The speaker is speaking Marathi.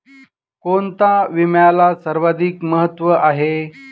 कोणता विम्याला सर्वाधिक महत्व आहे?